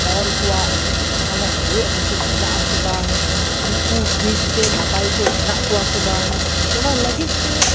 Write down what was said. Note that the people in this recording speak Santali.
ᱦᱚᱲ ᱠᱚᱣᱟᱜ ᱡᱟᱦᱟᱱᱟᱜ ᱨᱩᱭᱟᱹ ᱦᱟᱥᱩᱜ ᱢᱮᱱᱟᱜ ᱟᱥᱮ ᱵᱟᱝ ᱩᱱᱠᱩ ᱴᱷᱤᱠ ᱛᱮ ᱱᱟᱯᱟᱭ ᱛᱮ ᱢᱮᱱᱟᱜ ᱠᱚᱣᱟ ᱥᱮ ᱵᱟᱝ ᱚᱱᱟ ᱞᱟᱹᱜᱤᱫ ᱛᱮ